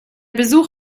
besuch